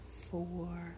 four